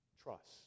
Trust